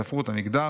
הספרות והמגדר